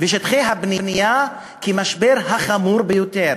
ושטחי הבנייה כמשבר החמור ביותר